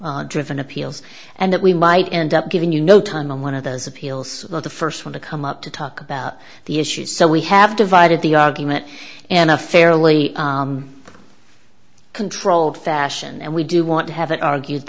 driven appeals and that we might end up giving you know time and one of those appeals the first one to come up to talk about the issues so we have divided the argument in a fairly controlled fashion and we do want to have it argued